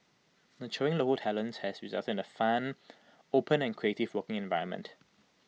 nurturing local talents has resulted in A fun open and creative working environment